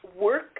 work